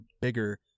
bigger